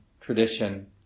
tradition